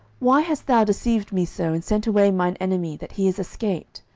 why hast thou deceived me so, and sent away mine enemy, that he is escaped?